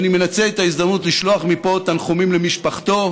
ואני מנצל את ההזדמנות לשלוח מפה תנחומים למשפחתו,